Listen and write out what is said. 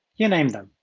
you name them,